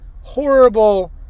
Horrible